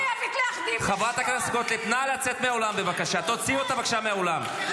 בבקשה מהאולם, תודה רבה.